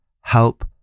help